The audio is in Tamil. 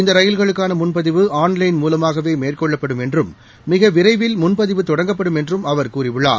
இந்த ரயில்களுக்கான முன்பதிவு ஆள் லைன் மூலமாகவே மேற்கொள்ளப்படும் என்றும் மிக விரைவில் முன்பதிவு தொடங்கப்படும் என்றும் அவர் கூறியுள்ளார்